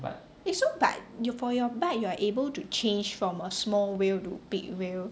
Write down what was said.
eh so but yo~ for your bike you can change from a small wheel to a big wheel